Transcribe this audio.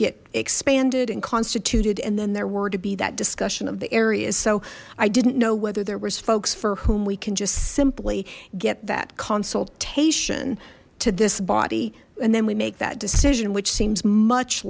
get expanded and constituted and then there were to be that discussion of the areas so i didn't know whether there was folks for whom we can just simply get that consultation to this body and they we make that decision which seems much